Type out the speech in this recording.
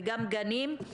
וגם גנים,